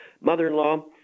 mother-in-law